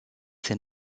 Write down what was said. ses